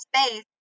space